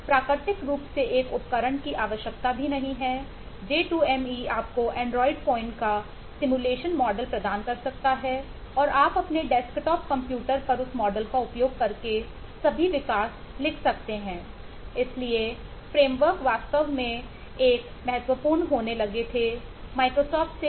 आपको प्राकृतिक रूप से एक उपकरण की आवश्यकता भी नहीं है j2me आपको एंड्रॉइड फोन पर उस मॉडल का उपयोग करके सभी विकास लिख सकते हैं